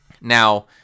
Now